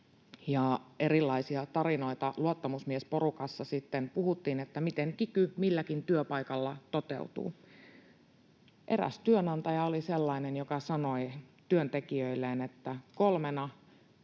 erilaisia tarinoita luottamusmiesporukassa sitten puhuttiin siitä, miten kiky milläkin työpaikalla toteutuu. Eräs työnantaja oli sellainen, joka sanoi työntekijöilleen, että kolmena